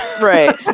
Right